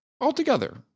altogether